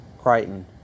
Crichton